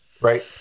Right